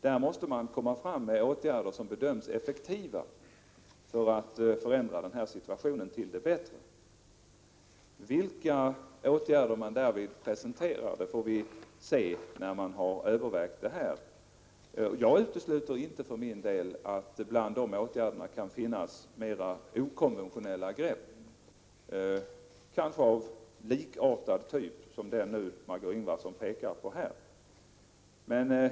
För att kunna förändra situationen till det bättre måste man komma fram med åtgärder som bedöms effektiva. Vilka åtgärder som därvid kommer att presenteras får vi se när utredningen är klar. För min del utesluter jag inte att det bland dessa åtgärder kan finnas åtgärder som innehåller okonventionella grepp, kanske av den typ som Margö Ingvardsson har pekat på.